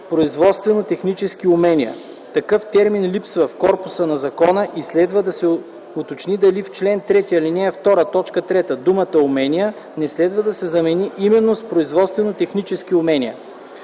„производствено-технически умения”. Такъв термин липсва в корпуса на закона и следва да се уточни дали в чл. 3, ал. 2, т. 3 думата „умения” не следва да се замени именно с „производствено-технически умения”.